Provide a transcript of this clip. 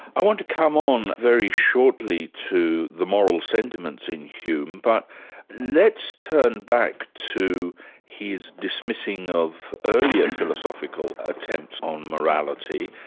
i want to come on very shortly to the moral sentiments in hume, but let's turn back to his dismissing of earlier philosophical attempts on morality.